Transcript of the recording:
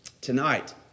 tonight